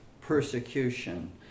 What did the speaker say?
persecution